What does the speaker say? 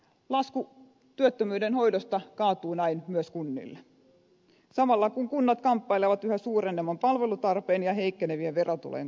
lasku työttömyyden hoidosta kaatuu näin myös kunnille samalla kun kunnat kamppailevat yhä suurenevan palvelutarpeen ja heikkenevien verotulojen puristuksessa